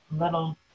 little